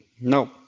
No